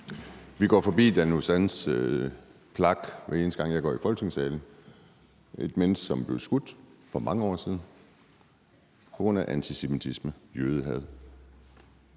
Jeg går forbi Dan Uzans plakette, hver eneste gang jeg går i Folketingssalen. Han var et menneske, som blev skudt for mange år siden på grund af antisemitisme, jødehad.